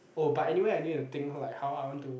oh but anyway I need to think like how I want to